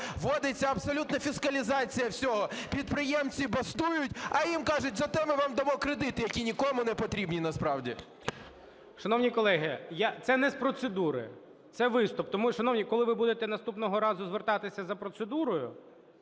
вводиться абсолютна фіскалізація всього, підприємці бастують, а їм кажуть: зате ми вам дамо кредити, які нікому не потрібні насправді. ГОЛОВУЮЧИЙ. Шановні колеги, це не з процедури, це виступ. Тому, шановні, коли ви будете наступного розвертатися за процедурою,